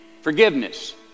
forgiveness